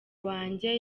wanjye